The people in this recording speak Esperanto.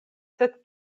sed